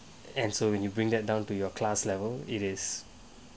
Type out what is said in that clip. and so when you bring that down to your class level it is